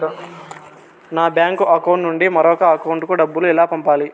నా bank account నుండి మరొకరి అకౌంట్ కు డబ్బులు ఎలా పంపాలి